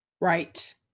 right